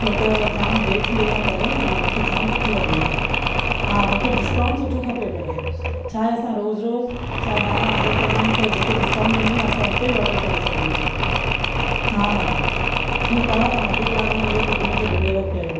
छो त जाम देरि थी वई आहे पहिरियों ई ऐं मूंखे जाम भुख लगी आहे हा मूंखे डिस्काउंट सुठो खपे पर छा आहे असां रोज़ रोज़ बा॒हिरां ऑर्डर कंदा आहियूं त जिते डिस्काउंट मिलंदो आहे असां त असां हुते ई ऑर्डर करे सघंदा आहियूं हा हा ठीकु आहे तव्हां अधि कलाकु में मूंखे इहो फूड डिलीवर कयो